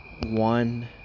one